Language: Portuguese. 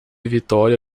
victoria